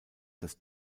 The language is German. das